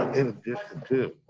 in addition to.